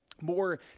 More